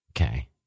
Okay